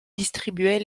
distribuaient